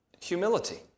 humility